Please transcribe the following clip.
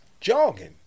jogging